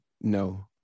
no